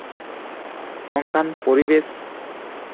ᱚᱱᱠᱟᱱ ᱯᱚᱨᱤᱵᱮᱥ